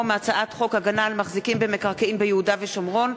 מהצעת חוק הגנה על מחזיקים במקרקעין ביהודה ושומרון,